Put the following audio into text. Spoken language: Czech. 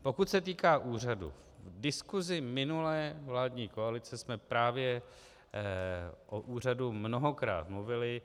Pokud se týká úřadu, v diskusi minulé vládní koalice jsme právě o úřadu mnohokrát mluvili.